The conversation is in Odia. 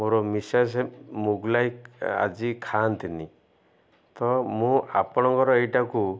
ମୋର ମିସେସ୍ ମୋଗଲାଇ ଆଜି ଖାଆନ୍ତିନି ତ ମୁଁ ଆପଣଙ୍କର ଏଇଟାକୁ